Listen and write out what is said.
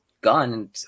gone